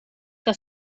que